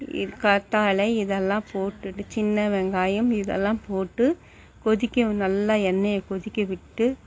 இ கற்றாழை இதெல்லாம் போட்டுகிட்டு சின்ன வெங்காயம் இதெல்லாம் போட்டு கொதிக்கும் நல்லா எண்ணெயை கொதிக்க விட்டு